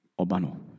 Obano